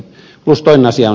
plus toinen asia